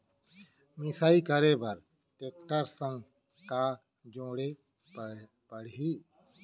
मिसाई करे बर टेकटर संग का जोड़े पड़ही?